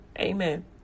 Amen